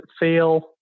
fail